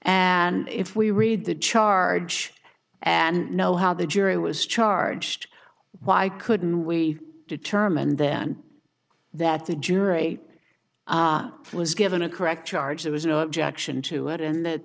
and if we read the charge and know how the jury was charged why couldn't we determine then that the jury was given a correct charge there was no objection to it and that